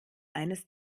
eines